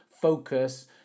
focus